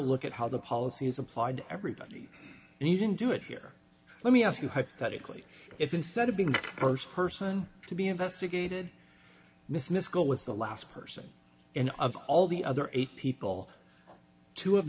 look at how the policy is applied to everybody and you didn't do it here let me ask you hypothetically if instead of being the first person to be investigated miss miscall was the last person and of all the other eight people two of